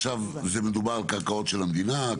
מדובר בקרקעות של המדינה?